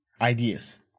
ideas